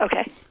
Okay